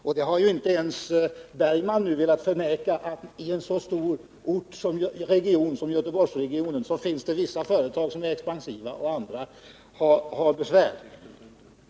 Inte heller Per Bergman har ju förnekat att det inom en så stor ort som Göteborg finns vissa företag som är expansiva, medan andra har svårigheter.